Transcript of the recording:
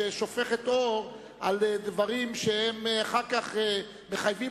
היא שופכת אור על דברים שאחר כך מחייבים